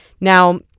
Now